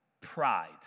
pride